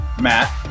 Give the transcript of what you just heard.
Matt